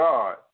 God